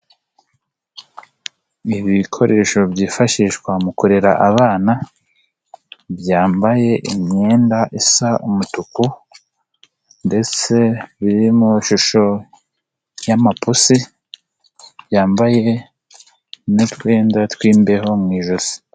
Ni Ibikoresho byifashishwa mu kurera abana, byambaye imyenda isa umutuku ndetse birimo ishusho y'amapusi, yambaye n'utwenda tw'imbeho mu ijosi.